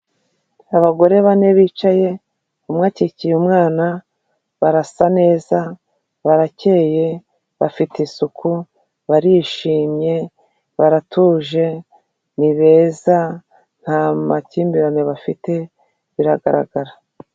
Abagore bane bicaye umwe akikiye umwana, barasa neza, barakeyeye, bafite isuku, barishimye, baratuje, ni beza, nta makimbirane bafite biragaragara.